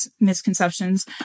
misconceptions